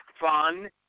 fun